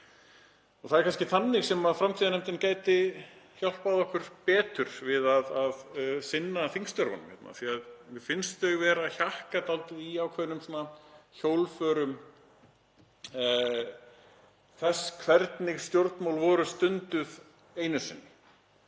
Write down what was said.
um. Það er kannski þannig sem framtíðarnefndin gæti hjálpað okkur við að sinna þingstörfunum hérna, af því að mér finnst þau hjakka dálítið í ákveðnum hjólförum þess hvernig stjórnmál voru stunduð einu sinni,